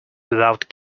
without